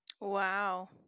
wow